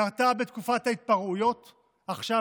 קרתה בתקופת ההתפרעויות עכשיו,